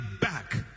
back